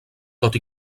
tot